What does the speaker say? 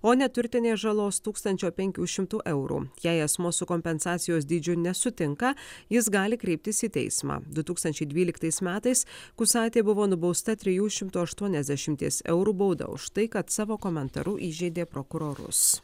o neturtinės žalos tūkstančio penkių šimtų eurų jei asmuo su kompensacijos dydžiu nesutinka jis gali kreiptis į teismą du tūkstančiai dvyliktais metais kusaitė buvo nubausta trijų šimtų aštuoniasdešimties eurų bauda už tai kad savo komentaru įžeidė prokurorus